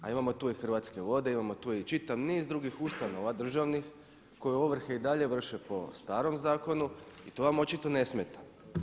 A imamo tu i Hrvatske vode, imamo tu i čitav niz drugih ustanova državnih koji ovrhe i dalje vrše po starom zakonu i to vam očito ne smeta.